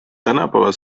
tänapäeval